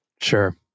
Sure